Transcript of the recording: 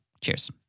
Cheers